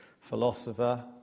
philosopher